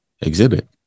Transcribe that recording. exhibit